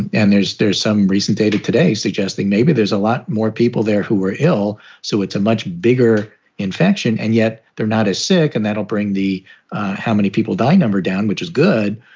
and and there's there's some recent data today suggesting maybe there's a lot more people there who were ill. so it's a much bigger infection and yet they're not as sick. and that'll bring the how many people die number down, which is good.